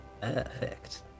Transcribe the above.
Perfect